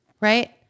right